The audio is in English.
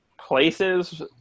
places